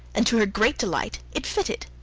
and to her great delight it fitted!